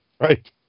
Right